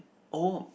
oh